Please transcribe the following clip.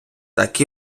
так